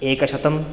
एकशतं